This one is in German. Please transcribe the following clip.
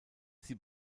sie